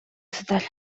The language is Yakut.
сытар